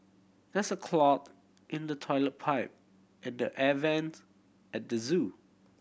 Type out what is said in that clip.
there is a clog in the toilet pipe and the air vents at the zoo